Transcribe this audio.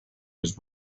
was